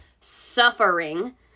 suffering